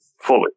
fully